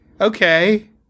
okay